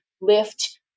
lift